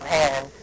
hand